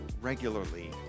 regularly